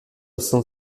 cent